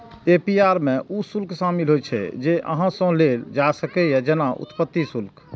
APR मे ऊ शुल्क शामिल होइ छै, जे अहां सं लेल जा सकैए, जेना उत्पत्ति शुल्क